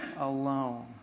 alone